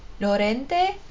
Lorente